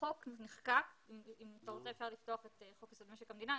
החוק נחקק אם אתה רוצה אפשר לפתוח את חוק יסוד: משק המדינה.